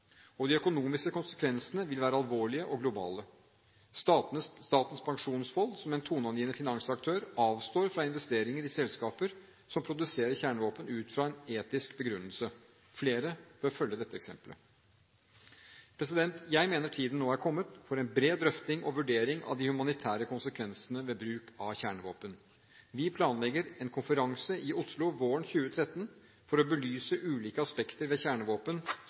De økonomiske konsekvensene vil være alvorlige og globale. Statens pensjonsfond, som en toneangivende finansaktør, avstår fra investeringer i selskaper som produserer kjernevåpen, ut fra en etisk begrunnelse. Flere bør følge dette eksempelet. Jeg mener tiden nå er kommet for en bred drøfting og vurdering av de humanitære konsekvensene ved bruk av kjernevåpen. Vi planlegger en konferanse i Oslo våren 2013 for å belyse ulike aspekter ved kjernevåpen